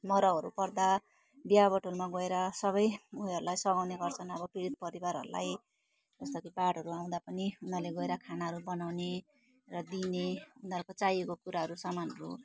मरौहरू पर्दा बिहाबटुलमा गएर सबै उयोहरूलाई सघाउने गर्छन् अब पिडित परिवारहरूलाई जस्तो कि बाढहरू आउँदा पनि उनीहरूले गएर खानाहरू बनाउने र दिने उनीहरूको चाहिएको कुराहरू सामानहरू